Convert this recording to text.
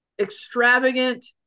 extravagant